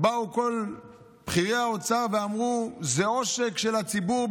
באו כל בכירי האוצר ואמרו: זה עושק של הציבור.